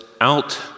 out